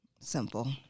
simple